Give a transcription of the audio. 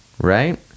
right